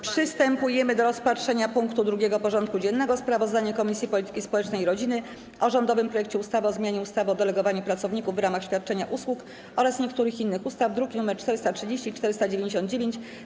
Przystępujemy do rozpatrzenia punktu 2. porządku dziennego: Sprawozdanie Komisji Polityki Społecznej i Rodziny o rządowym projekcie ustawy o zmianie ustawy o delegowaniu pracowników w ramach świadczenia usług oraz niektórych innych ustaw (druki nr 430 i 499)